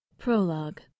Prologue